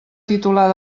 titular